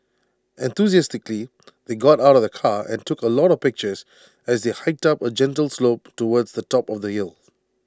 enthusiastically they got out of the car and took A lot of pictures as they hiked up A gentle slope towards the top of the hill